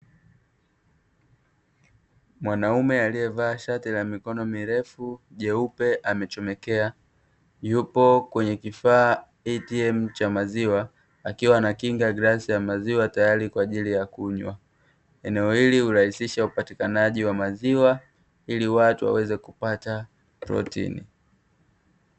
Mwanaume aliyevaa shati la mikono mirefu jeupe amechomekea yupo kwenye kifaa ATM cha maziwa, akiwa anakinga glasi ya maziwa tayari kwa ajili ya kunywa. Eneo hili hurahisisha upatikanaji wa maziwa ili watu waweze kupata protini.